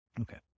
Okay